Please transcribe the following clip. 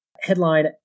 headline